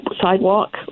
sidewalk